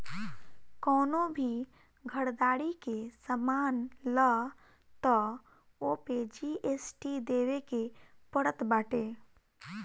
कवनो भी घरदारी के सामान लअ तअ ओपे जी.एस.टी देवे के पड़त बाटे